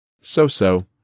So-so